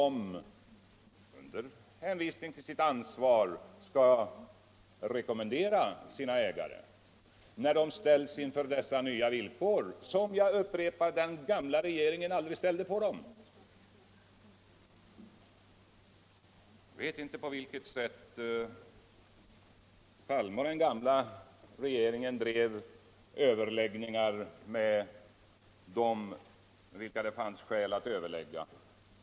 under hänvisning till sitt ansvar. skall rekommendera sina ägare när man stöälls inför dessa nya viltkor. som - jag upprepar det - den gamla rogeringen äaldrig ställde på dem. Jag vet inte på vilket sätt herr Palme och den ganmla regeringen drev överläggningarna med dem. med vilka det fanns skäl att överlägga.